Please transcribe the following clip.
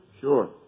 Sure